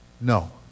No